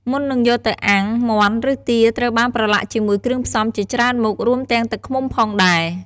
មុននឹងយកទៅអាំង មាន់ឬទាត្រូវបានប្រឡាក់ជាមួយគ្រឿងផ្សំជាច្រើនមុខ រួមទាំងទឹកឃ្មុំផងដែរ។